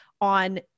on